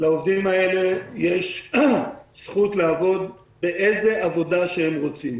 לעובדים האלה יש זכות לעבוד באיזו עבודה שהם רוצים.